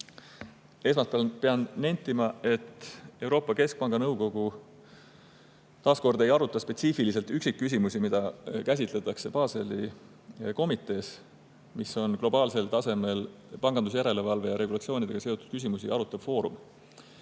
Esmalt pean nentima, et Euroopa Keskpanga nõukogu ei aruta spetsiifiliselt üksikküsimusi, mida käsitletakse Baseli komitees, mis on globaalsel tasemel pangandusjärelevalve ja regulatsioonidega seotud küsimusi arutav foorum.